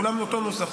כן, כולן באותו נוסח.